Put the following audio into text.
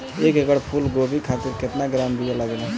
एक एकड़ फूल गोभी खातिर केतना ग्राम बीया लागेला?